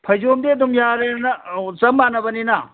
ꯐꯩꯖꯣꯝꯗꯤ ꯑꯗꯨꯝ ꯌꯥꯔꯦꯅ ꯑꯧ ꯆꯞ ꯃꯥꯟꯅꯕꯅꯤꯅ